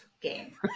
game